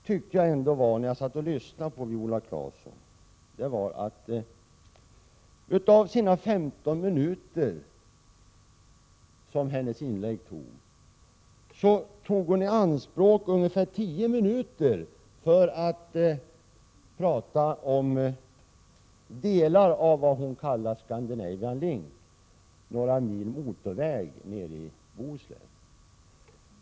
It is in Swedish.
Det märkliga var emellertid att Viola Claesson av de 15 minuter som hennes inlägg tog använde ungefär 10 minuter för att tala om delar av vad hon kallar ScanLink — några mil motorväg nere i Bohuslän.